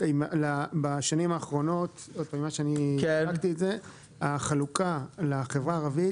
בשנים האחרונות החלוקה לחברה הערבית